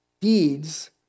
deeds